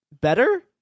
better